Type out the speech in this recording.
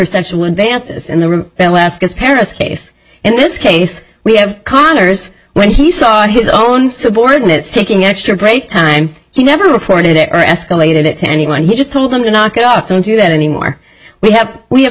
sensual advances in the room last paris case in this case we have conner's when he saw his own subordinates taking extra break time he never reported it or escalated it to anyone he just told them to knock it off and do that anymore we have we have